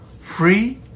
Free